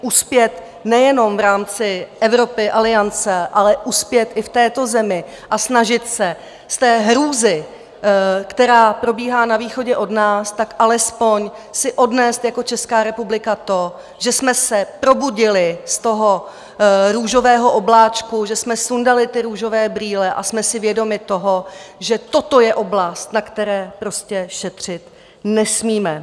Uspět nejenom v rámci Evropy, Aliance, ale uspět i v této zemi a snažit se z té hrůzy, která probíhá na východě od nás, alespoň si odnést jako Česká republika to, že jsme se probudili z toho růžového obláčku, že jsme sundali ty růžové brýle a jsme si vědomi toho, že toto je oblast, na které prostě šetřit nesmíme.